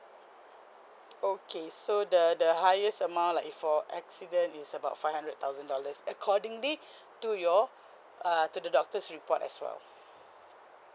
okay so the the highest amount like for accident is about five hundred thousand dollars accordingly to your uh to the doctor's report as well